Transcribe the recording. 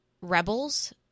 Rebels